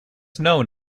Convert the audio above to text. known